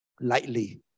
lightly